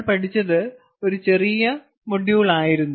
നമ്മൾ പഠിച്ചത് ഒരു ചെറിയ മൊഡ്യൂളായിരുന്നു